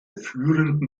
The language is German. führenden